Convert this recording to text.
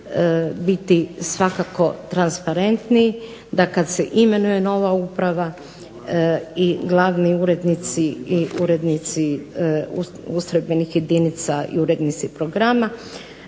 biti svakako transparentniji da kada se imenuje nova uprava i glavni urednici i urednici ustrojbenih jedinica i urednici programa